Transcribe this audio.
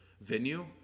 venue